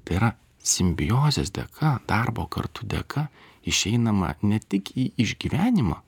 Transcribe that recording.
tai yra simbiozės dėka darbo kartu dėka išeinama ne tik į išgyvenimą